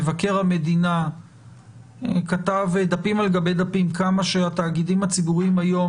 מבקר המדינה כתב דפים על גבי דפים כמה שהתאגידים הציבוריים היום